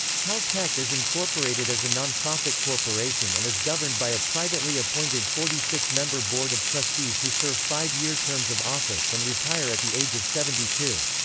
caltech is incorporated as a non-profit corporation and is governed by a privately appointed forty six member board of trustees who serve five-year terms of office and retire at the age of seventy two.